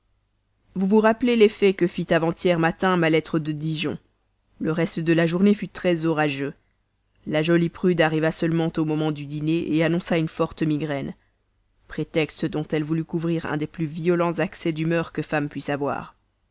vous vous rappelez l'effet que fit avant-hier matin ma lettre de dijon le reste de la journée fut très orageux la jolie prude arriva seulement au moment du dîner annonça une forte migraine prétexte dont elle voulut couvrir un des violents accès d'humeur que femme puisse avoir